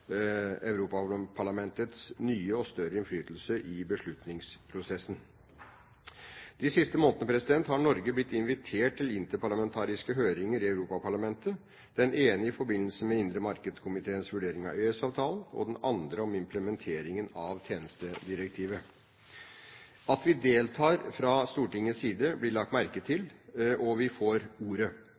Europaparlamentets nye og større innflytelse i beslutningsprosessen. De siste månedene har Norge blitt invitert til interparlamentariske høringer i Europaparlamentet – den ene i forbindelse med den indre markedskomiteens vurdering av EØS-avtalen og den andre om implementeringen av tjenestedirektivet. At vi deltar fra Stortingets side, blir lagt merke til – og vi får ordet.